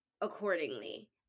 accordingly